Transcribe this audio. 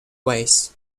ways